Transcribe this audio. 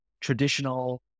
traditional